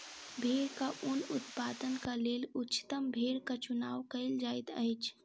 भेड़क ऊन उत्पादनक लेल उच्चतम भेड़क चुनाव कयल जाइत अछि